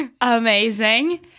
amazing